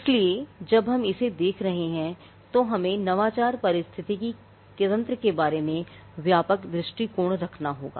इसलिए जब हम इसे देख रहे हैं तो हमें नवाचार पारिस्थितिकी तंत्र के बारे में व्यापक दृष्टिकोण रखना होगा